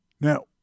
Now